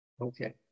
Okay